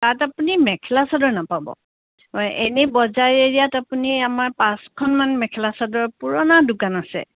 তাত আপুনি মেখেলা চাদৰ নাপাব এনেই বজাৰ এৰিয়াত আপুনি আমাৰ পাঁচখনমান মেখেলা চাদৰৰ পুৰণা দোকান আছে